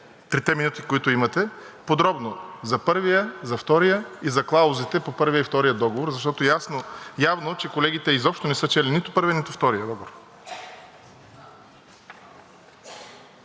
трите минути, които имате, подробно за първия, за втория и за клаузите по първия и втория договор, защото явно, че колегите изобщо не са чели нито първия, нито втория